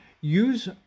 use